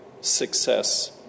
success